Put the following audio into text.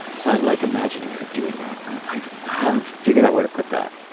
so i like imagining her doing that, and i i haven't figured out where to put that.